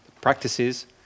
practices